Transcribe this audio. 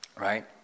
right